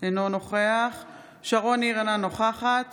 אינו נוכח שרון ניר, אינה נוכחת